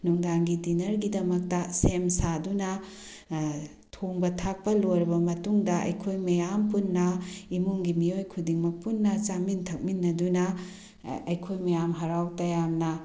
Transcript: ꯅꯨꯡꯗꯥꯡꯒꯤ ꯗꯤꯅꯔꯒꯤꯗꯃꯛꯇ ꯁꯦꯝ ꯁꯥꯗꯨꯅ ꯊꯣꯡꯕ ꯊꯥꯛꯄ ꯂꯣꯏꯔꯕ ꯃꯇꯨꯡꯗ ꯑꯩꯈꯣꯏ ꯃꯌꯥꯝ ꯄꯨꯟꯅ ꯏꯃꯨꯡꯒꯤ ꯃꯤꯑꯣꯏ ꯈꯨꯗꯤꯡꯃꯛ ꯄꯨꯟꯅ ꯆꯥꯃꯤꯟ ꯊꯛꯃꯤꯟꯅꯗꯨꯅ ꯑꯩꯈꯣꯏ ꯃꯌꯥꯝ ꯍꯔꯥꯎ ꯇꯌꯥꯝꯅ